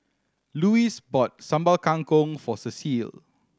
Louis bought Sambal Kangkong for Cecile